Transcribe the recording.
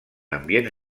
ambients